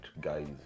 guys